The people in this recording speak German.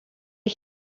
ich